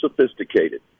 sophisticated